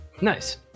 nice